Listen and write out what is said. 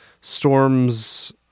storms